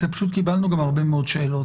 כי אנחנו פשוט קיבלנו גם הרבה מאוד שאלות.